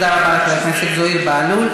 תודה רבה לחבר הכנסת זוהיר בהלול.